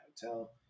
Hotel